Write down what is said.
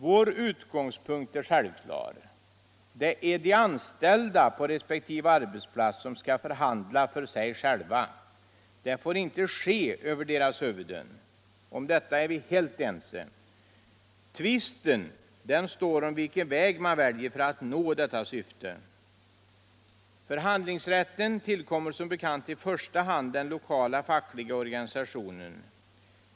Vår utgångspunkt är självklar: det är de anställda på resp. arbetsplats som skall förhandla för sig själva. Det får inte ske över deras huvuden. Om detta är vi helt ense! Tvisten står om vilken väg man skall välja för att nå detta syfte. Förhandlingsrätten tillkommer som bekant i första hand den lokala fackliga organisationen.